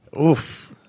oof